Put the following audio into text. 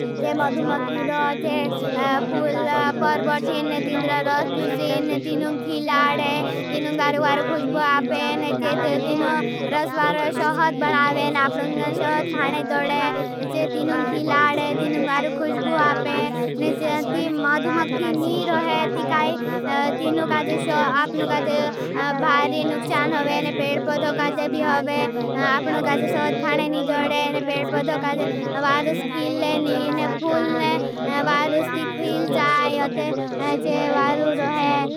जे मदु मक्ही रोहे, फूल पर बठे, ने तीन्दर रस चुसे। ने तीनुं खी लाडे, तीनुं गार वारु खुश्बु आपे। ने चे तीनुं रस वारु सोहत बनावे। ने आपनुं सोहत खाने जोडे। चे तीनुं खी लाडे, तीनुं गार खुश्बु आपे, ने जे ती मदु मक्ही नी रोहे। ती काई तीनुं गार शो, आपनुं गार भारी नुक्षान होवे। ने पेड़ पधो काजे भी होवे। आपनुं गार सोहत खाने नी जोडे। ने पेड़ पधो काजे, वारुस खील ले नी। ने फूल ने वारुस ती खुईल जाए। यो त ने जे वारु रोहे।